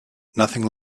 nothing